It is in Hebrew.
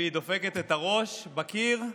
והיא דופקת את הראש בקיר.